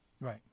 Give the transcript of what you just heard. Right